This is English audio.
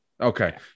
Okay